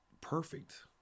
perfect